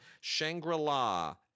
Shangri-La